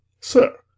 Sir